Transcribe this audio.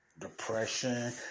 depression